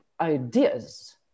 ideas